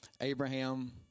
Abraham